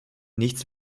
nichts